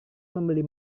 membeli